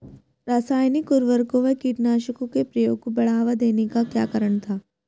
रासायनिक उर्वरकों व कीटनाशकों के प्रयोग को बढ़ावा देने का क्या कारण था?